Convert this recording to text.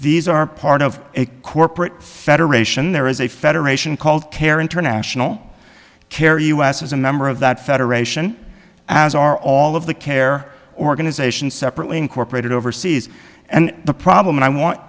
these are part of a corporate federation there is a federation called care international care us as a member of that federation as are all of the care organizations separately incorporated overseas and the problem and i want